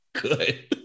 good